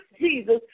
Jesus